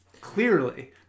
Clearly